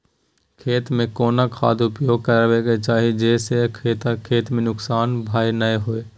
खेत में कोन खाद उपयोग करबा के चाही जे स खेत में नुकसान नैय होय?